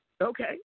Okay